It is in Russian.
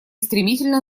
стремительно